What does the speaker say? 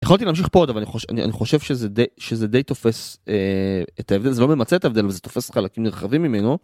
יכולתי להמשיך פה עוד אבל אני חושב שזה די תופס את ההבדל זה לא ממצה את ההבדל אבל זה תופס חלקים נרחבים ממנו.